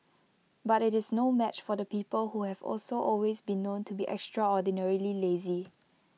but IT is no match for the people who have also always been known to be extraordinarily lazy